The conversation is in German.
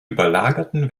überlagerten